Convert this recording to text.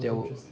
there were